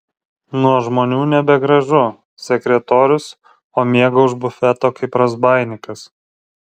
nuo žmonių nebegražu sekretorius o miega už bufeto kaip razbaininkas